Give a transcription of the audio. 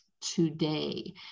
today